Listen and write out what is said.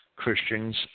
Christians